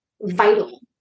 vital